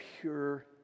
pure